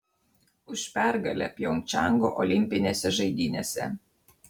už pergalę pjongčango olimpinėse žaidynėse